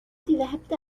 ذهبت